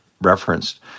referenced